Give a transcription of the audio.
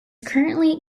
currently